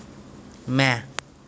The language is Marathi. म्या